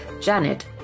Janet